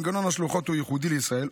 מנגנון השלוחות הוא ייחודי לישראל,